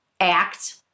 act